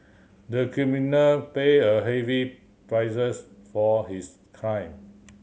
the criminal paid a heavy prices for his crime